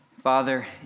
Father